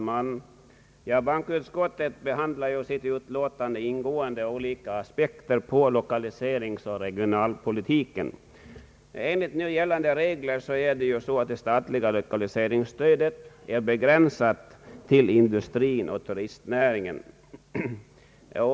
Herr talman! Bankoutskottet behandlar ju ingående olika aspekter på lokaliseringsoch regionalpolitiken i sitt utlåtande. Enligt nu gällande regler är det statliga lokaliseringsstödet besränsat till att gälla industrin och turistnäringen.